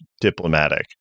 diplomatic